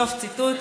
סוף ציטוט.